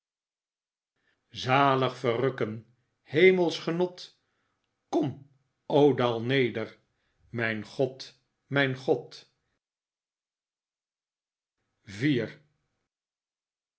zalig verrukken hemelsch genot kom o daal neder mijn god mijn god